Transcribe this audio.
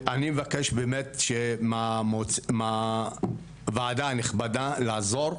אני מבקש באמת מהוועדה הנכבדה לעזור.